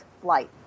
flight